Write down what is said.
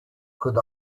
could